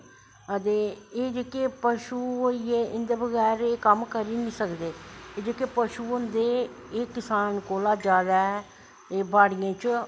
एह् जेह्के पशु होइयै इंदे बगैर एह् कम्म करी गै नी सकदे ते जेह्के पशु होंदे एह् किसान कोला दा जादै बाड़ियैं च